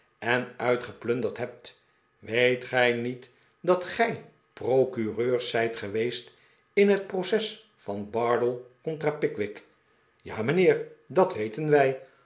en uitgepiunderd hebt weet gij niet dat gij procureurs zijt geweest in het proces yan bardell contra pickwick ja mijnheer dat weten wij